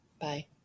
Bye